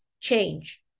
change